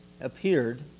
appeared